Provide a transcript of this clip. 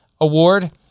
award